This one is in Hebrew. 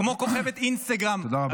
כמו כוכבת אינסטגרם -- תודה רבה.